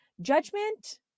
Judgment